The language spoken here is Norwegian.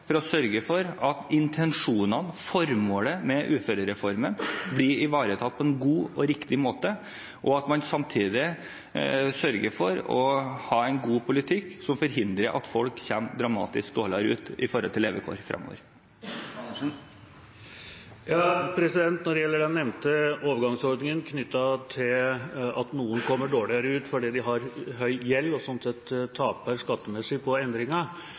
for å sørge for at intensjonene, formålet med uførereformen, blir ivaretatt på en god og riktig måte, og at man samtidig sørger for å ha en god politikk som forhindrer at folk kommer dramatisk dårligere ut med hensyn til levekår fremover. Når det gjelder den nevnte overgangsordninga knyttet til at noen kommer dårligere ut fordi de har høy gjeld og sånn sett taper skattemessig på